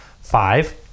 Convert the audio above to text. five